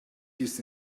kiss